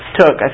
took